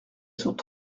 sont